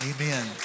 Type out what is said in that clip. Amen